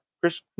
Chris